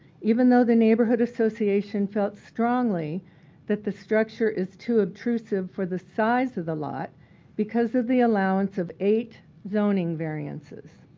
even though the neighborhood association felt strongly that the structure is too obtrusive for the size of the lot because of the allowance of eight zoning variances.